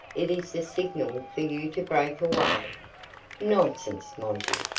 it is the signal for you to break away. nonsense, monty,